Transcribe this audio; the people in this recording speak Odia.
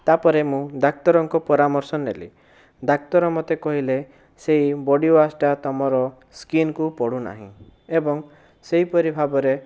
ତା ପରେ ମୁଁ ଡାକ୍ତରଙ୍କ ପରାମର୍ଶ ନେଲି ଡାକ୍ତର ମୋତେ କହିଲେ ସେହି ବୋଡିୱାସଟା ତମର ସ୍କିନକୁ ପଡ଼ୁନାହିଁ ଏବଂ ସେହିପରି ଭାବରେ